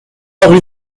rue